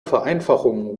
vereinfachungen